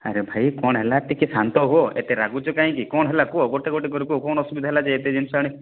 ଆରେ ଭାଇ କ'ଣ ହେଲା ଟିକେ ଶାନ୍ତ ହୁଅ ଏତେ ରାଗୁଛ କାହିଁକି କ'ଣ ହେଲା କୁହ ଗୋଟେ ଗୋଟେ କରି କୁହ କ'ଣ ଅସୁବିଧା ହେଲା ଯେ ଏତେ ଜିନିଷ ଆଣି